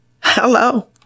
Hello